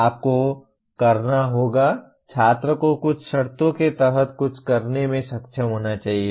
आपको करना होगा छात्र को कुछ शर्तों के तहत कुछ करने में सक्षम होना चाहिए